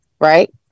right